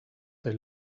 they